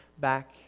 back